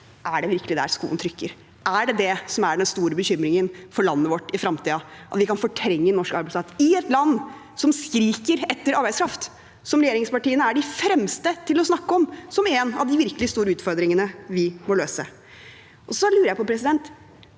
Er det virkelig der skoen trykker? Er det det som er den store bekymringen for landet vårt i fremtiden, at vi kan fortrenge norsk arbeidskraft? Vi er et land som skriker etter arbeidskraft, som regjeringspartiene er de fremste til å snakke om som en av de virkelig store utfordringene vi må løse. Jeg lurer på: Hvilke